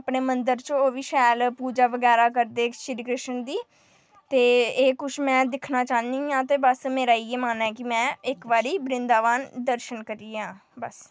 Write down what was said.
अपने मंदर च ओह् बी शैल पूजा बगैरा करदे श्री कृष्ण दी ते एह् कुश में दिक्खना चाह्न्नी आं ते बस मेरा इ'यै मन्नना कि में इक बारी बृन्दाबन दर्शन करियै आं बस